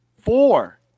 Four